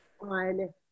on